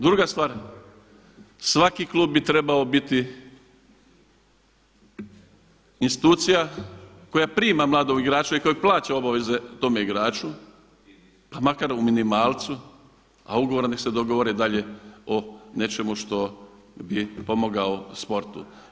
Druga stvar, svaki klub bi trebao biti institucija koja prima mladog igrača i koja plaća obaveze tom igraču pa makar u minimalcu a ugovorom neka se dogovore dalje o nečemu što bi pomogao sportu.